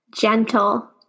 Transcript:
gentle